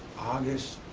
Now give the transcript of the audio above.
august,